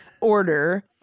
order